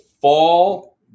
fall